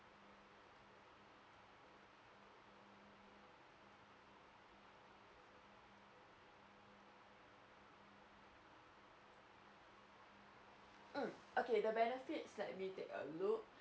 mm okay the benefits let me take a look